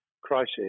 crisis